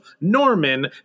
Norman